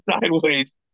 sideways